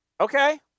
Okay